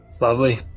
Lovely